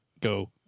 go